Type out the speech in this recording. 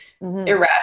irrational